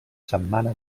setmana